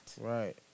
Right